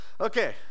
Okay